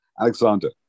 Alexander